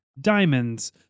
diamonds